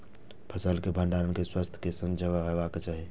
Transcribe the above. फसल के भंडारण के व्यवस्था केसन जगह हेबाक चाही?